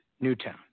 Newtown